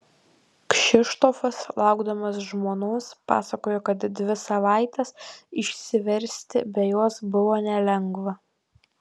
kšištofas laukdamas žmonos pasakojo kad dvi savaites išsiversti be jos buvo nelengva